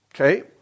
Okay